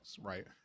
right